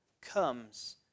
comes